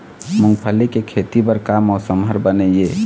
मूंगफली के खेती बर का मौसम हर बने ये?